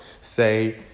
say